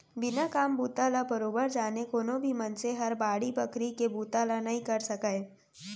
बिना काम बूता ल बरोबर जाने कोनो भी मनसे हर बाड़ी बखरी के बुता ल नइ करे सकय